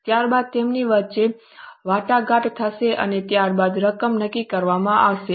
ત્યારબાદ તેમની વચ્ચે વાટાઘાટ થશે અને ત્યારબાદ રકમ નક્કી કરવામાં આવશે